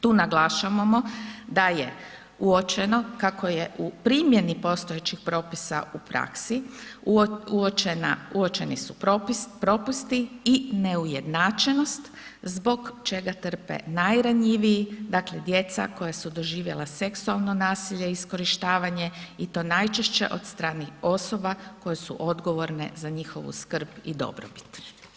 Tu naglašavamo da je uočeno kako je u primjeni postojećih propisa u praksi uočeni su propusti i neujednačenost zbog čega trpe najranjiviji, dakle djeca koja su doživjela seksualno nasilje i iskorištavanje i to najčešće od starijih osoba koje su odgovorne za njihovu skrb i dobrobit.